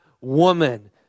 woman